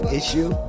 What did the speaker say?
issue